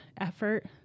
effort